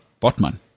Botman